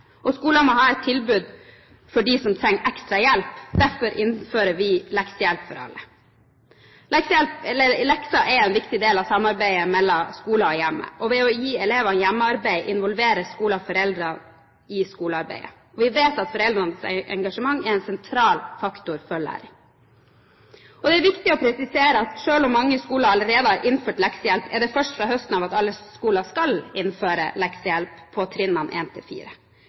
Skolen må ha et tilbud til dem som trenger ekstra hjelp. Derfor innfører vi leksehjelp for alle. Lekser er en viktig del av samarbeidet mellom skolen og hjemmet. Ved å gi elever hjemmearbeid involverer skolen foreldre i skolearbeidet. Vi vet at foreldrenes engasjement er en sentral faktor for læring. Det er viktig å presisere at selv om mange skoler allerede har innført leksehjelp, er det først fra høsten av at alle skoler skal innføre leksehjelp på trinnene